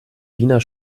wiener